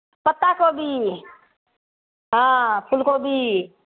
पत्ता कोबी हँ फूल कोबी